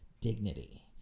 dignity